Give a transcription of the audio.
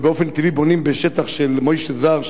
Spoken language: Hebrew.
ובאופן טבעי בונים בשטח של מוישה זר,